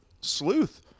sleuth